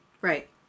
Right